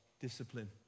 discipline